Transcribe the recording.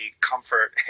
comfort